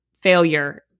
failure